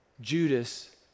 Judas